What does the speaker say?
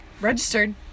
Registered